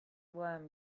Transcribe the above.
worm